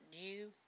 new